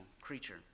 creature